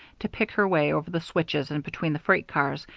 to pick her way over the switches and between the freight cars,